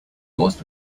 most